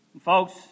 Folks